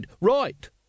right